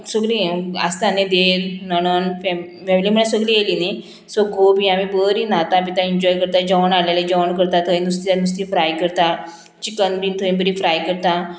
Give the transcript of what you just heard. सगळीं आसता न्ही देर नणन फॅम फॅमिली म्हळ्यार सगळीं येयलीं न्ही सो घोब बी आमी बरीं न्हाता पितां एन्जॉय करता जेवण हाडलेलें जेवण करता थंय नुस्तें जा नुस्तें फ्राय करता चिकन बीन थंय बरी फ्राय करता